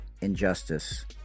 injustice